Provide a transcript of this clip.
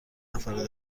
نفره